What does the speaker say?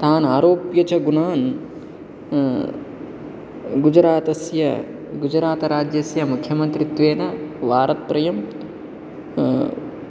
तान् आरोप्य च गुणान् गुजरातस्य गुजरातराज्यस्य मुख्यमन्त्रीत्वेन वारत्रयं